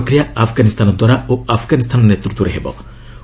ଏହି ଶାନ୍ତି ପ୍ରକ୍ରିୟା ଆଫଗାନିସ୍ତାନଦ୍ୱାରା ଓ ଆଫଗାନିସ୍ତାନ ନେତୃତ୍ୱରେ ହେବ